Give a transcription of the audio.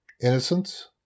Innocence